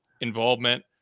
involvement